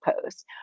post